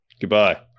Goodbye